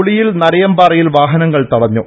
ഉളിയിൽ നരയമ്പാറയിൽ വാഹനങ്ങൾ തടഞ്ഞു